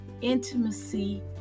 intimacy